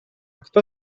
kto